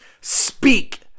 Speak